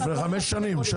לפני 5, 6